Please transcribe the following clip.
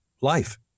life